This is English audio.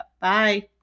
Bye